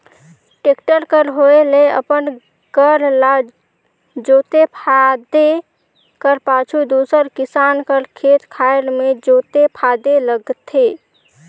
tractor कर होए ले अपन कर ल जोते फादे कर पाछू दूसर किसान कर खेत खाएर मे जोते फादे लगथे